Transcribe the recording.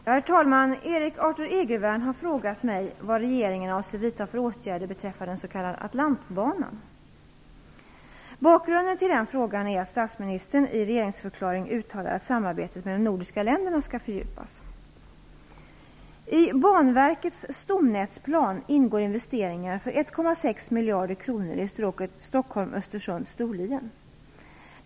Herr talman! Erik Artur Egervärn har frågat mig vad regeringen avser vidtaga för åtgärder beträffande den s.k. Atlantbanan. Bakgrunden till frågan är att statsministern i regeringsförklaringen uttalade att samarbetet med de nordiska länderna skall fördjupas. Storlien.